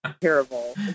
terrible